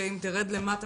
שאם תרד עכשיו,